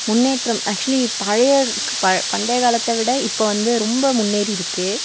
முன்னேற்றம் ஆக்க்ஷுலி பழைய ப பண்டைய காலத்தை விட இப்போ வந்து ரொம்ப முன்னேறி இருக்குது